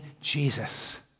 Jesus